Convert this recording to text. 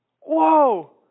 Whoa